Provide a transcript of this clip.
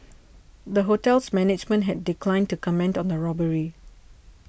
the hotel's management has declined to comment on the robbery